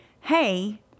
hey